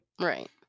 right